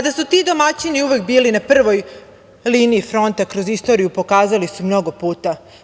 Da su ti domaćini uvek bili na prvoj liniji fronta kroz istoriju pokazali su mnogo puta.